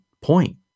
point